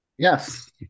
Yes